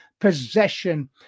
possession